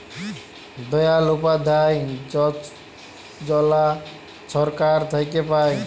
দয়াল উপাধ্যায় যজলা ছরকার থ্যাইকে পায়